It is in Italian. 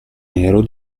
nero